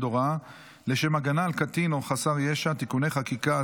הוראה לשם הגנה על קטין או חסר ישע (תיקוני חקיקה),